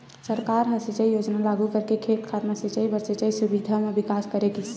सरकार ह सिंचई योजना लागू करके खेत खार म सिंचई बर सिंचई सुबिधा म बिकास करे गिस